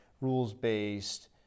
rules-based